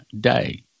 day